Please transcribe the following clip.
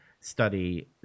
study